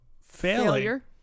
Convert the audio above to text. failure